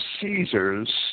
Caesar's